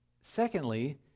Secondly